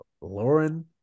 Lauren